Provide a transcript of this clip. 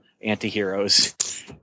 anti-heroes